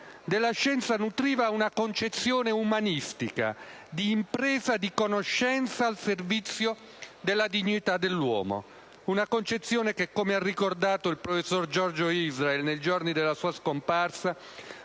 Della scienza nutriva una concezione umanistica, di impresa di conoscenza al servizio della dignità dell'uomo. Una concezione che, come ha ricordato il professor Giorgio Israel nei giorni della sua scomparsa,